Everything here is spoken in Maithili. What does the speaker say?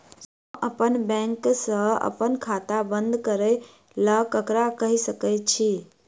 हम अप्पन बैंक सऽ अप्पन खाता बंद करै ला ककरा केह सकाई छी?